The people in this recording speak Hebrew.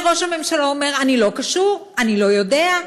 וראש הממשלה אומר: אני לא קשור, אני לא יודע,